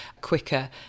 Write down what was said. quicker